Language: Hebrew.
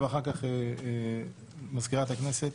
ואחר כך מזכירת הכנסת